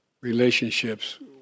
relationships